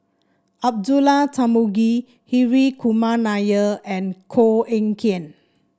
Abdullah Tarmugi Hri Kumar Nair and Koh Eng Kian